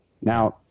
Now